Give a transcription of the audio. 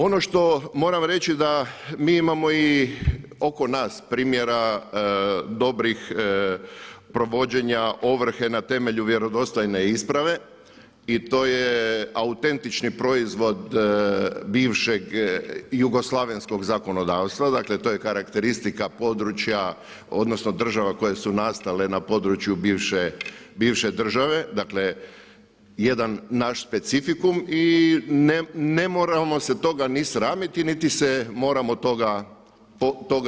Ono što moram reći da, mi imamo i oko nas primjera dobrih provođenja ovrhe na temelju vjerodostojne isprave i to je autentični proizvod bivšeg jugoslavenskog zakonodavstva, dakle to je karakteristika područja, odnosno država koje su nastale na području bivše, bivše države, dakle jedan naš specifikum i ne moramo se toga ni sramiti niti se moramo toga odreći.